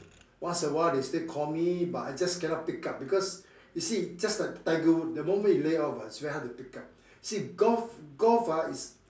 once awhile they still call me but I just cannot pick up because you see just like tiger-wood the moment you lay off ah it's very hard to pick up see golf golf ah is